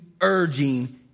urging